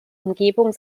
umgebung